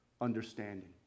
understanding